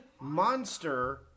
monster